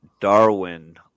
Darwin